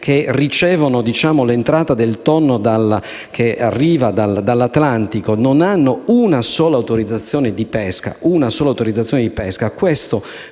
a ricevere l'entrata del tonno che arriva dall'Atlantico, non hanno una sola autorizzazione di pesca